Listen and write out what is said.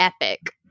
Epic